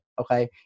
Okay